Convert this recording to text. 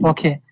Okay